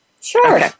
Sure